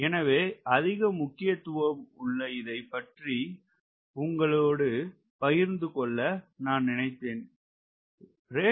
எனவே அதிக முக்கியத்துவம் உள்ள இதை பற்றி உங்களோடு பகிர்ந்துகொள்ள நான் நினைத்தேன்